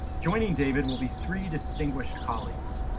joining david will be three distinguished colleagues.